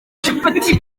capati